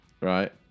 right